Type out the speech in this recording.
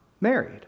married